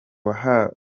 wahawe